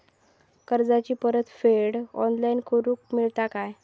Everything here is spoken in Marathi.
कर्जाची परत फेड ऑनलाइन करूक मेलता काय?